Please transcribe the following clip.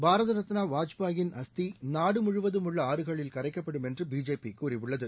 பாரத் ரத்னா வாஜ்பேயின் அஸ்தியை நாடு முழுவதும் உள்ள ஆறுகளில் கரைக்கப்படும் என்று பிஜேபி கூறியுள்ளது